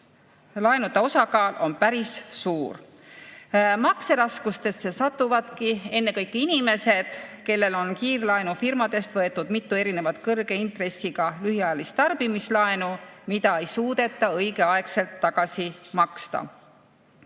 laenude osakaal on päris suur. Makseraskustesse satuvadki ennekõike inimesed, kellel on kiirlaenufirmadest võetud mitu kõrge intressiga lühiajalist tarbimislaenu, mida ei suudeta õigeaegselt tagasi maksta.